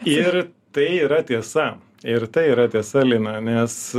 ir tai yra tiesa ir tai yra tiesa lina nes